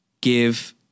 give